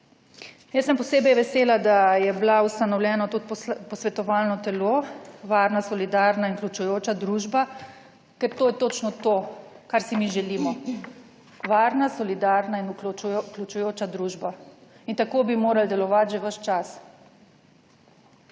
Jaz sem posebej vesela, da je bilo ustanovljeno tudi posvetovalno telo Varna, solidarna in vključujoča družba, ker to je točno to, kar si mi želimo, varna, solidarna in vključuje, vključujoča družba in tako bi morali delovati že ves čas.